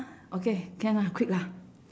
okay can ah quick lah